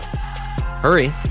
Hurry